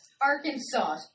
Arkansas